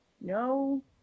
No